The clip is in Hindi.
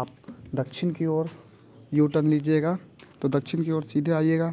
आप दक्षिण की ओर यू टर्न लीजिएगा तो दक्षिण की ओर सीधे आइएगा